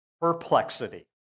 perplexity